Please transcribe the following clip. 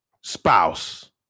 spouse